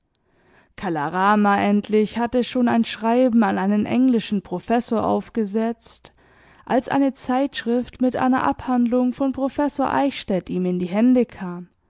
kala rama endlich hatte schon ein schreiben an einen englischen professor aufgesetzt als eine zeitschrift mit einer abhandlung von professor eichstädt ihm in die hände kam